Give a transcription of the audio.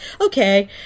okay